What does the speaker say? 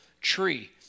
tree